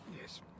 Yes